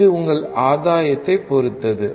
இது உங்கள் ஆதாயத்தைப் பொறுத்தது